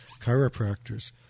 chiropractors